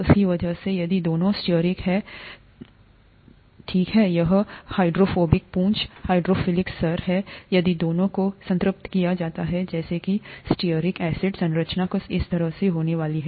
उसकी वजह से यदि दोनों स्टीयरिक हैं ठीक है यह यह हाइड्रोफोबिक पूंछ हाइड्रोफिलिक सिर है यदि दोनों को संतृप्त किया जाता है जैसे कि स्टीयरिक एसिड संरचना कुछ इस तरह से होने वाली है